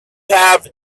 have